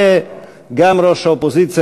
וגם ראש האופוזיציה,